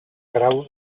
grau